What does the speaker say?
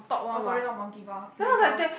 oh sorry not Monkey Bar playgrounds